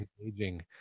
engaging